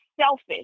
selfish